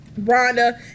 Rhonda